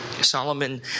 Solomon